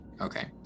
Okay